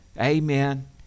Amen